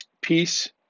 Peace